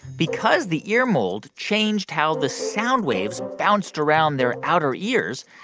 because the ear mold changed how the sound waves bounced around their outer ears,